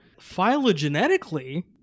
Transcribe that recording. phylogenetically